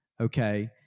okay